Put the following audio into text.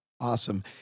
Awesome